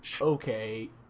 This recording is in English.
okay